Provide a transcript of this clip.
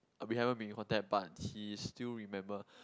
uh we haven't been in contact but he still remember